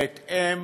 בהתאם